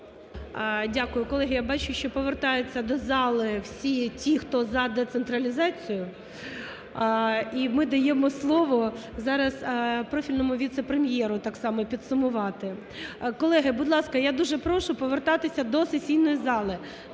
Дякую. Колеги, я бачу, що повертаються до зали всі ті, хто за децентралізацію. І ми даємо слово зараз профільному віце-прем'єру так само підсумувати. Колеги, будь ласка, я дуже прошу повертатися до сесійної зали.